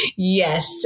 Yes